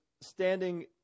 standing